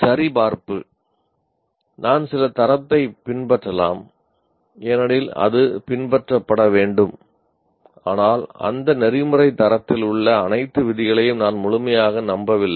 சரிபார்ப்பு நான் சில தரத்தை பின்பற்றலாம் ஏனெனில் அது பின்பற்றப்பட வேண்டும் ஆனால் அந்த நெறிமுறை தரத்தில் உள்ள அனைத்து விதிகளையும் நான் முழுமையாக நம்பவில்லை